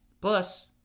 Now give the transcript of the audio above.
Plus